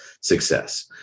success